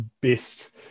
best